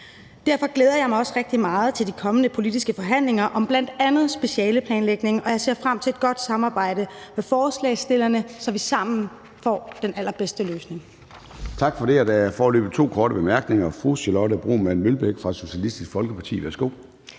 Derfor glæder jeg mig også rigtig meget til de kommende politiske forhandlinger om bl.a. specialeplanlægning, og jeg ser frem til et godt samarbejde med forslagsstillerne, så vi sammen får den allerbedste løsning.